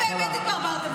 אתם באמת התברברתם בניווט.